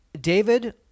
David